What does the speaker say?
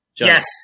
Yes